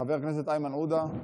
חבר הכנסת איימן עודה,